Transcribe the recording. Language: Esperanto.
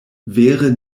vere